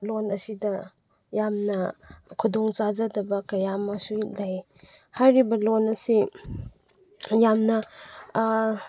ꯂꯣꯟ ꯑꯁꯤꯗ ꯌꯥꯝꯅ ꯈꯨꯗꯣꯡ ꯆꯥꯖꯗꯕ ꯀꯌꯥ ꯑꯃꯁꯨ ꯂꯩ ꯍꯥꯏꯔꯤꯕ ꯂꯣꯟ ꯑꯁꯤ ꯌꯥꯝꯅ